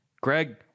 greg